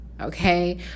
okay